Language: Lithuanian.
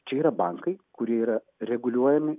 čia yra bankai kurie yra reguliuojami